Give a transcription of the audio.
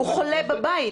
הוא בבית.